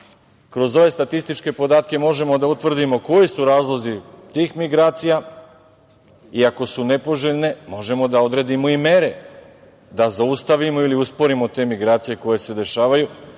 ove statističke podatke možemo da utvrdimo koji su razlozi tih migracija i ako su nepoželjne, možemo da odredimo i mere, da zaustavimo ili usporimo te migracije koje se dešavaju,